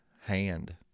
hand